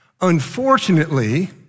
Unfortunately